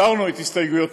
הסרנו את הסתייגויותינו,